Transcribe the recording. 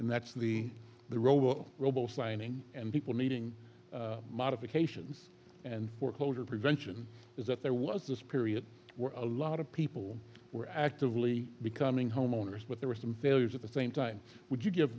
and that's the the robo robo signing and people needing modifications and foreclosure prevention is that there was this period were a lot of people were actively becoming homeowners but there were some failures at the same time would you give